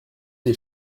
des